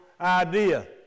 idea